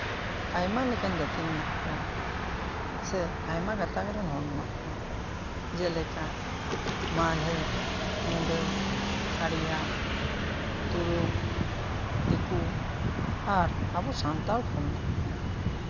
ᱟᱭᱢᱟ ᱞᱮᱠᱟᱱ ᱡᱟᱹᱛᱤ ᱢᱮᱱᱟᱜ ᱠᱚᱣᱟ ᱥᱮ ᱟᱭᱢᱟ ᱜᱟᱛᱟᱠ ᱨᱮᱱ ᱦᱚᱲ ᱢᱮᱱᱟᱜ ᱠᱚᱣᱟ ᱡᱮᱞᱮᱠᱟ ᱢᱟᱦᱞᱮ ᱢᱩᱰᱟᱹ ᱠᱷᱟᱲᱭᱟ ᱛᱩᱲᱩᱠ ᱟᱨ ᱟᱵᱚ ᱥᱟᱱᱛᱟᱲ ᱦᱚᱸ ᱢᱮᱱᱟᱜ ᱵᱚᱱᱟ